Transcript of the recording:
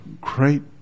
great